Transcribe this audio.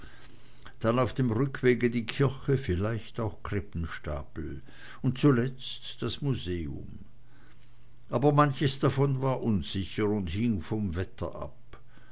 dann auf dem rückwege die kirche vielleicht auch krippenstapel und zuletzt das museum aber manches davon war unsicher und hing vom wetter ab